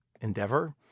endeavor